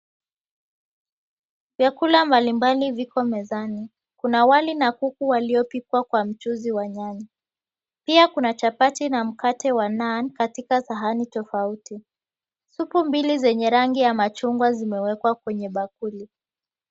Vyakula mbalimbali viko mezani. Kuna wali na kuku waliopikwa kwa mchuzi wa nyanya. Pia kuna chapati na mkate wa naan katika sahani tofauti. Supu mbili zenye rangi ya machungwa zimewekwa kwenye bakuli.